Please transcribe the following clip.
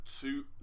two